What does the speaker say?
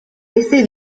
ese